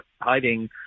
hiding